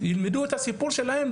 ילמדו את הסיפור שלהם,